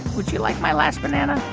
would you like my last banana?